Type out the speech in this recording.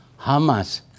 Hamas